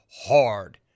hard